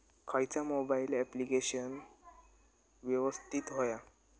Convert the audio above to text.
खयचा mobile application यवस्तित होया?